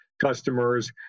customers